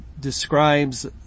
describes